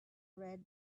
red